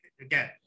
again